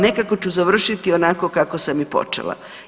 Nekako ću završiti onako kako sam i počela.